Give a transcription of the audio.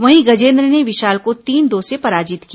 वहीं गजेन्द्र ने विशाल को तीन दो से पराजित किया